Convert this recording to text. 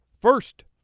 First